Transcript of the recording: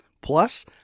Plus